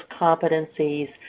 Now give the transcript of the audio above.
competencies